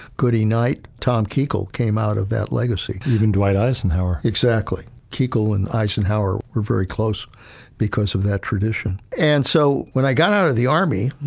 goodie knight tom kuchel came out of that legacy. even dwight eisenhower. exactly. kuchel and eisenhower are very close because of that tradition. and so, when i got out of the army,